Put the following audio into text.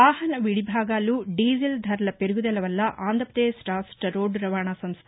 వాహన విడిభాగాలు డీజిల్ ధరల పెరుగుదల వల్ల ఆంధ్రప్రదేశ్ రాష్టరోడ్డు రవాణాసంస్ట